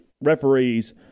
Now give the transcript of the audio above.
referees